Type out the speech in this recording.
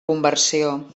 conversió